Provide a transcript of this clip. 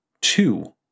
two